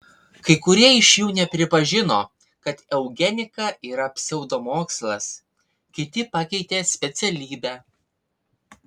kai kurie iš jų nepripažino kad eugenika yra pseudomokslas kiti pakeitė specialybę